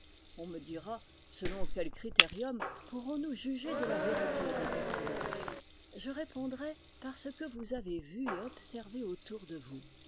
on me dira selon quel critérium pourrons-nous juger de la vérité d'un personnage je répondrai par ce que vous avez vu et observé autour de vous